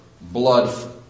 blood